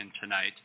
tonight